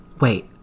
wait